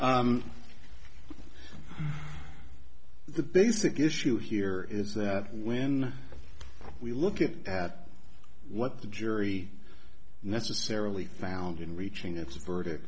r the basic issue here is that when we look at what the jury necessarily found in reaching its verdict